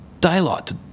daylight